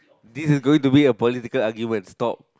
this is going to be a political argument stop